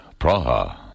Praha